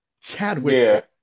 Chadwick